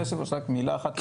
אדוני היושב ראש, רק מילה אחת.